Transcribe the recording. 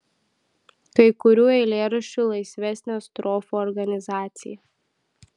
kai kurių eilėraščių laisvesnė strofų organizacija